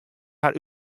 har